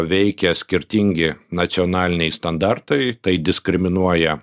veikia skirtingi nacionaliniai standartai tai diskriminuoja